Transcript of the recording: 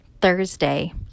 Thursday